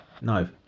no